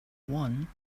one